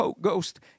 Ghost